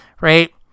Right